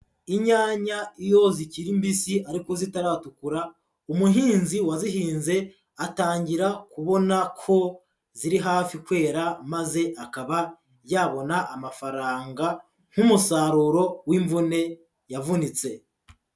Inyanya iyo zikiri mbisi ariko zitaratukura, umuhinzi wazihinze atangira kubona ko ziri hafi kwera, maze akaba yabona amafaranga nk'umusaruro w'imvune yavunitse.